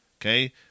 okay